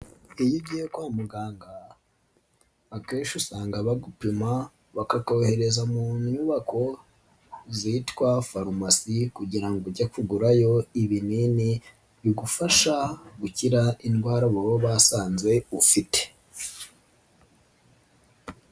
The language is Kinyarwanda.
Iyo ugiye kwa muganga akenshi usanga bagupima bakakohereza mu nyubako zitwa farumasi kugira ngo ujye kugurayo ibinini bigufasha gukira indwara mu baba basanze ufite.